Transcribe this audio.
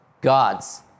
God's